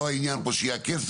העניין פה הוא לא שיהיה הכסף,